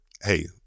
hey